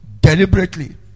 deliberately